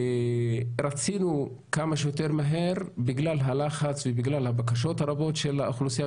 רצינו כמה שיותר מהר בגלל הלחץ ובגלל הבקשות הרבות של האוכלוסייה,